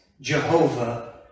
Jehovah